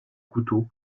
couteau